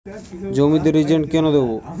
জমিতে রিজেন্ট কেন দেবো?